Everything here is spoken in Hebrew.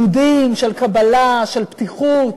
יהודים של קבלה, של פתיחות?